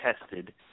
tested